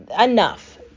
enough